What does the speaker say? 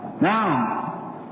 Now